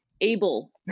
able